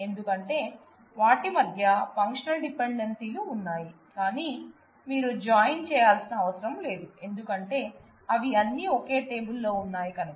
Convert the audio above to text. ఎందుకంటే వాటి మధ్య ఫంక్షనల్ డిపెండెన్సీలు ఉన్నాయి కానీ మీరు జాయిన్ చేయాల్సిన అవసరం లేదు ఎందుకంటే అవి అన్నీ ఒకే టేబుల్ లో ఉన్నాయి కనుక